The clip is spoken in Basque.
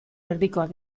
erdikoak